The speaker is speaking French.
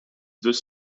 deux